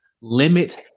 limit